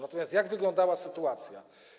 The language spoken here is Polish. Natomiast jak wyglądała sytuacja?